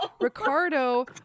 Ricardo